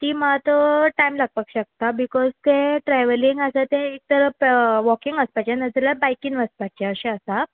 ती मात टायम लागपाक शकता बिकॉज ते ट्रेवलींग आसा ते एक तर वॉकींग वचपाचें नाजाल्या बायकीन वचपाचें अशें आसा